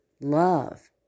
love